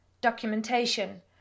documentation